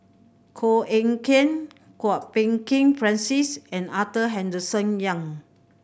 Koh Eng Kian Kwok Peng Kin Francis and Arthur Henderson Young